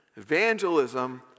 Evangelism